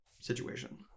situation